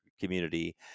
community